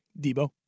Debo